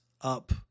up